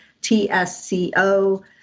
T-S-C-O